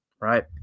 right